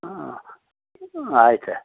ಆಂ ಆಯ್ತು ಸರ್